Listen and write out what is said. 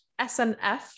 SNF